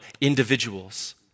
Individuals